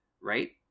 right